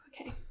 Okay